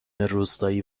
روستایی